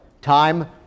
Time